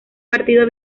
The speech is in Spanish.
partido